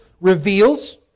reveals